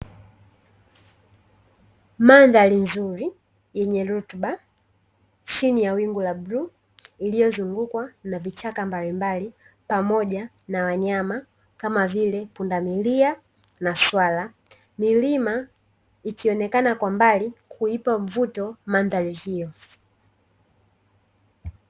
Mandhari nzuri yenye rutuba chini ya wingu la bluu iliyozungukwa na vichaka mbalimbali, pamoja na wanyama kama vile pundamilia na swala, milima ikionekana kwa mbali kuipa mvuto mandhari hiyo.